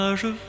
je